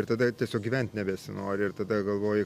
ir tada tiesiog gyvent nebesinori ir tada galvoji